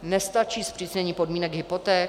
Nestačí zpřísnění podmínek hypoték?